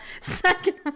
second